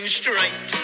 straight